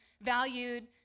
valued